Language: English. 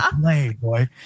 Playboy